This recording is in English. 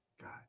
God